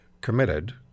committed